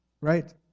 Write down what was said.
Right